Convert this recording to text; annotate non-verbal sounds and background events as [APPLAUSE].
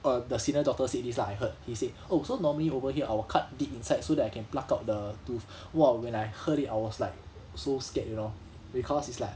err the senior doctor said this lah I heard he said oh so normally over here I will cut deep inside so that I can pluck out the tooth [BREATH] !wah! when I heard it I was like so scared you know because it's like